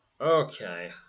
Okay